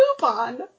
coupon